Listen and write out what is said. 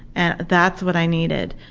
and that's what i needed.